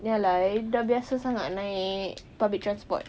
ya lah I sudah biasa sangat naik public transport